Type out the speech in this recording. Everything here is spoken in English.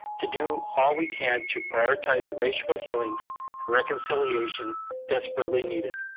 to do all we can to prioritize the racial healings and reconciliation desperately needed.